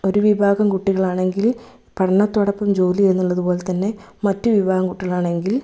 ഒരു വിഭാഗം കുട്ടികളാണെങ്കിൽ പഠനത്തോടൊപ്പം ജോലി എന്നുള്ളതുപോലെതന്നെ മറ്റു വിഭാഗം കുട്ടികളാണെങ്കിൽ